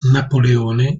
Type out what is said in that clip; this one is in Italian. napoleone